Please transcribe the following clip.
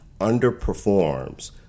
underperforms